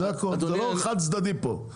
זה לא חד צדדי פה,